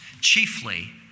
chiefly